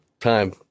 time